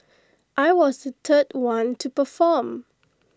I was the third one to perform